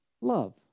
love